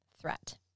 threat